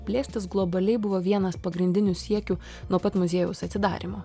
plėstis globaliai buvo vienas pagrindinių siekių nuo pat muziejaus atsidarymo